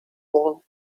wall